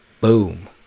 Boom